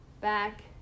back